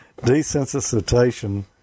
desensitization